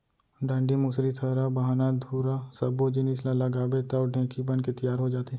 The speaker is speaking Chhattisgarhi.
डांड़ी, मुसरी, थरा, बाहना, धुरा सब्बो जिनिस ल लगाबे तौ ढेंकी बनके तियार हो जाथे